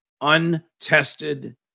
untested